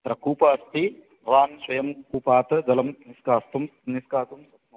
तत्र कूप अस्ति भवान् स्वयं कूपात् जलं निश्कास्तुं निशकातुं शक्नोति